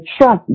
trust